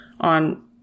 on